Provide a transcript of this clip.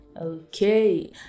Okay